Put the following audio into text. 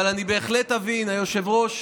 אבל אני בהחלט אבין, היושב-ראש,